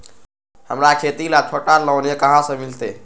हमरा खेती ला छोटा लोने कहाँ से मिलतै?